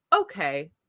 okay